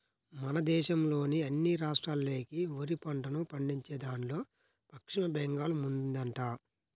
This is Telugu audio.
మన దేశంలోని అన్ని రాష్ట్రాల్లోకి వరి పంటను పండించేదాన్లో పశ్చిమ బెంగాల్ ముందుందంట